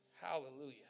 hallelujah